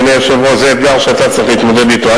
זה אתגר שאתה צריך להתמודד אתו,